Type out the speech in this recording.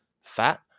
fat